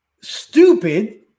stupid